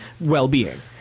well-being